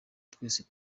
twese